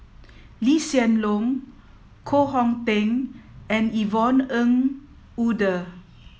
Lee Hsien Loong Koh Hong Teng and Yvonne Ng Uhde